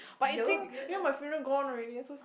but you think you know my favourite gone already so sad